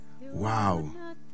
Wow